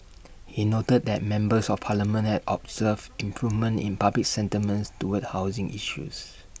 he noted that members of parliament have observed improvements in public sentiments towards housing issues